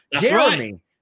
Jeremy